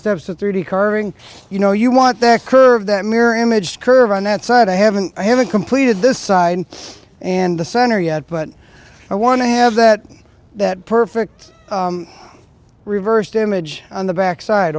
steps to thirty currying you know you want that curve that mirror image curve on that side i haven't i haven't completed this side and the center yet but i i want to have that that perfect reversed image on the back side